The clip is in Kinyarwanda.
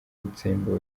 gutsemba